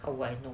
how do I know